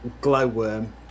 glowworm